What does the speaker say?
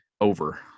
Over